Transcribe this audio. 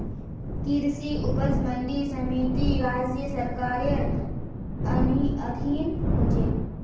कृषि उपज मंडी समिति राज्य सरकारेर अधीन ह छेक